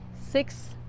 six